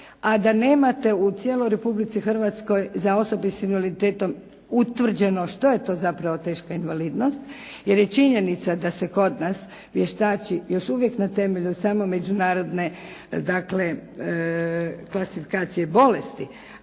a da nemate u cijeloj Republici Hrvatskoj za osobe s invaliditetom utvrđeno što je to zapravo teška invalidnost. Jer je činjenica da se kod nas vještači još uvijek na temelju samo međunarodne klasifikacije bolesti,